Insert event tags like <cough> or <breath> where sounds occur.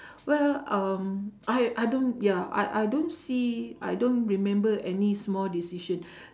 <breath> well um I I don't ya I I don't see I don't remember any small decision <breath>